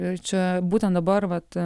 ir čia būtent dabar vat